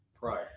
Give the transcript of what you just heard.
prior